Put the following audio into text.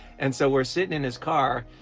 and so we're sitting in his car,